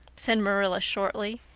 said marilla shortly.